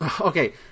Okay